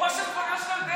ראש המפלגה שלך יודע את זה?